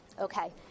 Okay